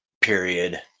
period